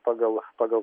pagal pagal